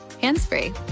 hands-free